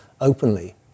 openly